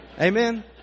amen